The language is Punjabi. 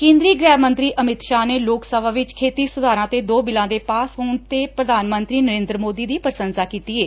ਕੇਂਦਰੀ ਗ੍ਹਿ ਮੰਤਰੀ ਅਮਿਤ ਸ਼ਾਹ ਨੇ ਲੋਕ ਸਭਾ ਵਿਚ ਖੇਤੀ ਸੁਧਾਰਾਂ ਤੇ ਦੋ ਬਿਲਾਂ ਦੇ ਪਾਸ ਹੋਣ ਤੇ ਪ੍ਧਾਨ ਮੰਤਰੀ ਨਰੇਂਦਰ ਮੋਦੀ ਦੀ ਪ੍ਸੰਸਾ ਕੀਤੀ ਏ